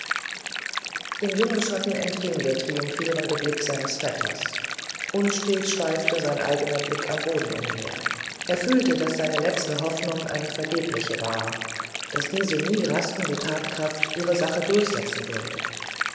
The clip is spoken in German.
dem jungen schotten entging der triumphierende blick seines vetters unstet schweifte sein eigener am boden umher er fühlte daß seine letzte hoffnung eine vergebliche war daß diese nie rastende tatkraft ihre sache durchsetzen würde